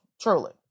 truly